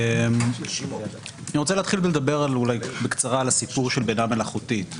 אתחיל בלדבר על הסיפור של בינה מלאכותית.